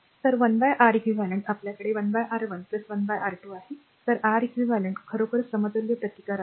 तर 1 R eq आपल्याकडे 1 R1 1 R2 आहे तर R eq खरोखर समतुल्य प्रतिकार आहे